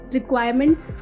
Requirements